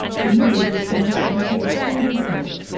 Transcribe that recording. the mood was compared to that of a school picnic.